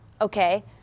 Okay